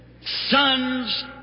son's